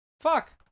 Fuck